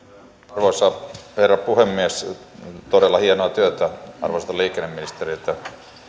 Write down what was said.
arvoisa herra puhemies on todella hienoa työtä arvoisalta liikenneministeriltä